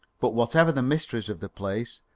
but whatever the mysteries of the place,